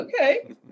okay